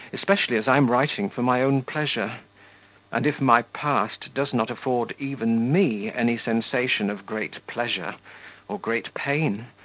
especially as i am writing for my own pleasure and if my past does not afford even me any sensation of great pleasure or great pain,